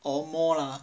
or more lah